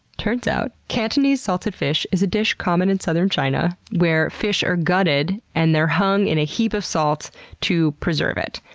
turns out, cantonese salted fish is a dish common in southern china where fish are gutted and they're hung in a heap of salt to preserve it.